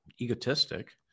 egotistic